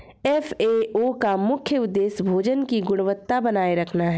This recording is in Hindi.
एफ.ए.ओ का मुख्य उदेश्य भोजन की गुणवत्ता बनाए रखना है